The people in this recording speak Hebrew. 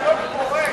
לא, זה דיאלוג פורה.